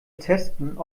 testen